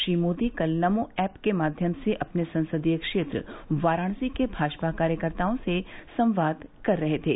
श्री मोदी कल नमो एप के माध्यम से अपने संसदीय क्षेत्र वाराणसी के भाजपा कार्यकर्ताओं से संवाद कर रहे थे